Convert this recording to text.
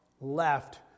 left